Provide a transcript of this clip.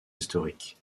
historique